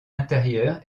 intérieur